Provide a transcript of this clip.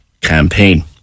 campaign